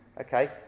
Okay